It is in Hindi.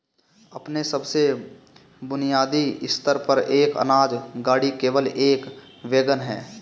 अपने सबसे बुनियादी स्तर पर, एक अनाज गाड़ी केवल एक वैगन है